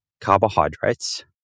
carbohydrates